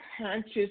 conscious